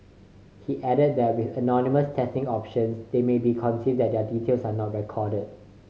he added that with anonymous testing options they may not be that their details are not recorded